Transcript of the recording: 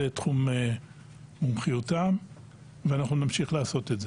תחום מומחיותם ואנחנו נמשיך לעשות את זה.